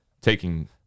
taking